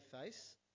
face